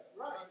right